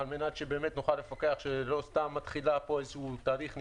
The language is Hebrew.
על מנת שנוכל לפקח שלא סתם מתחיל פה תהליך של